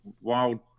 wild